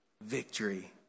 victory